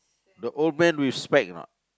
the old man with spec or not